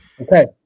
Okay